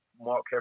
Mark